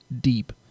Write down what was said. deep